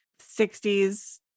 60s